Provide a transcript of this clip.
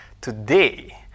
Today